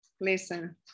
listen